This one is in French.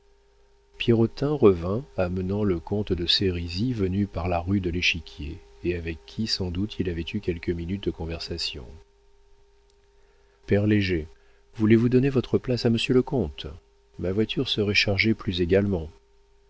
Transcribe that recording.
pierrotin revint amenant le comte de sérisy venu par la rue de l'échiquier et avec qui sans doute il avait eu quelques minutes de conversation père léger voulez-vous donner votre place à monsieur le comte ma voiture serait chargée plus également